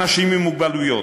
אנשים עם מוגבלויות,